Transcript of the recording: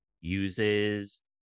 uses